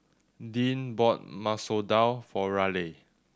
Deane bought Masoor Dal for Raleigh